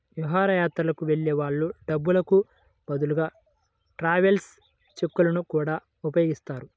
విహారయాత్రలకు వెళ్ళే వాళ్ళు డబ్బులకు బదులుగా ట్రావెలర్స్ చెక్కులను గూడా ఉపయోగిస్తారు